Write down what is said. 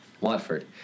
Watford